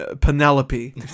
Penelope